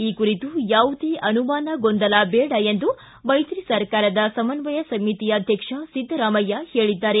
ಈ ಕುರಿತು ಯಾವುದೇ ಅನುಮಾನ ಗೊಂದಲ ಬೇಡ ಎಂದು ಮೈತ್ರಿ ಸರ್ಕಾರದ ಸಮನ್ವಯ ಸಮಿತಿ ಅಧ್ಯಕ್ಷ ಸಿದ್ದರಾಮಯ್ಯ ಹೇಳಿದ್ದಾರೆ